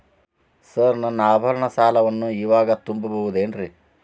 Sir ನನ್ನ ಆಭರಣ ಸಾಲವನ್ನು ಇವಾಗು ತುಂಬ ಬಹುದೇನ್ರಿ?